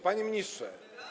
Panie Ministrze!